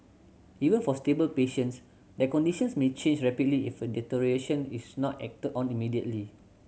even for stable patients their conditions may change rapidly if a deterioration is not acted on immediately